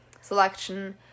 selection